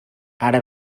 ara